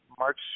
March